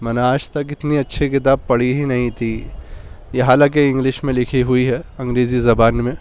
میں نے آج تک اتنی اچھی کتاب پڑھی ہی نہیں تھی یہ حالاں کہ انگلش میں لکھی ہوئی ہے انگریزی زبان میں